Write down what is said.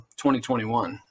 2021